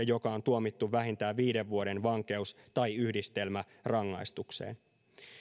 joka on tuomittu vähintään viiden vuoden vankeus tai yhdistelmärangaistukseen